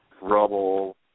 rubble